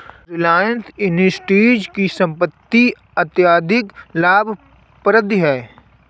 रिलायंस इंडस्ट्रीज की संपत्ति अत्यधिक लाभप्रद है